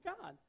God